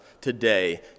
today